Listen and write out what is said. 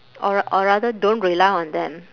or ra~ or rather don't rely on them